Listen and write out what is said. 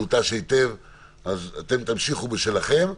אתם תמשיכו בשלכם,